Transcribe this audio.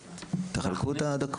תחלקו את הזמן